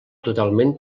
totalment